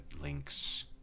links